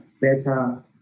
better